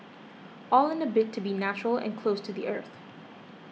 all in a bid to be natural and close to the earth